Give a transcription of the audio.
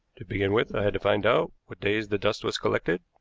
to begin with, i had to find out what days the dust was collected,